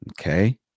Okay